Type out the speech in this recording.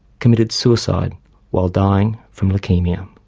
committed suicide while dying from leukaemia.